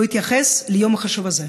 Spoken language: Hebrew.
לא התייחס ליום החשוב הזה.